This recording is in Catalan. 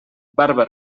barba